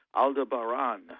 Aldebaran